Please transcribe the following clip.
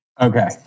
Okay